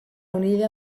unida